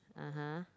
(uh huh)